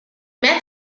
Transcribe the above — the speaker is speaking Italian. matt